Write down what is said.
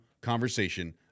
conversation